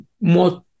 more